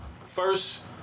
First